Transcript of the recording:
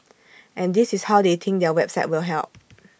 and this is how they think their website will help